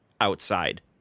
outside